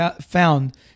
found